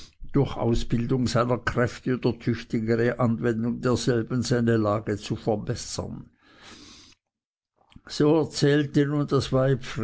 durch ausbildung seiner kräfte oder tüchtigere anwendung derselben seine lage zu verbessern so erzählte nun das weib